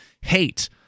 hate